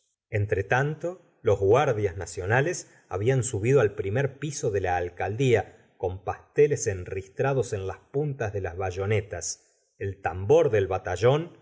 entre los cuernos entretanto los guardias nacionales habían subido al primer piso de ja alcaldía con pasteles enristrados en las puntas de las bayonetas el tambor del batallón